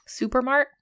Supermart